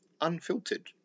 unfiltered